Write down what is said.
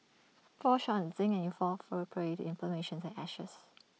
fall short on zinc and you'll fall for prey to inflammation and ashes